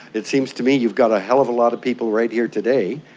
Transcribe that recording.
it seems to me you've got a hell of a lot of people right here today,